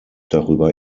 darüber